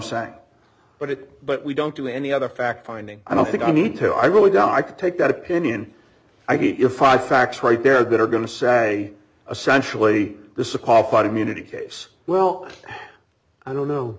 saying but it but we don't do any other fact finding i don't think i need to i really doubt i could take that opinion i mean if i facts right there that are going to say a sensually this is a qualified immunity case well i don't know